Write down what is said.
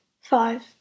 Five